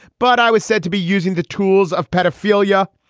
but i was said to be using the tools of pedophilia.